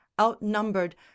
outnumbered